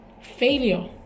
Failure